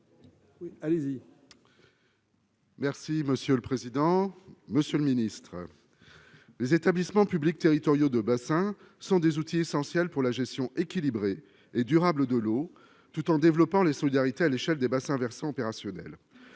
Merci monsieur le président, Monsieur le Ministre, les établissements publics territoriaux de bassin, ce sont des outils essentiels pour la gestion équilibrée et durable de l'eau, tout en développant les solidarités à l'échelle des bassins versants opérationnel